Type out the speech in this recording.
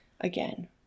Again